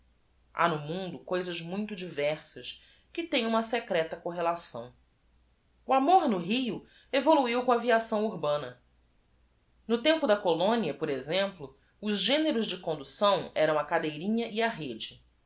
o d i versas que teem uma secreta cor relação amor no i o evoluiu com a viação urbana o tempo da colônia por exemplo os gêneros de conducção eram a cadeirinha e a rêde